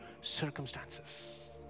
circumstances